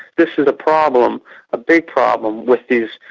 this is a problem a big problem with these,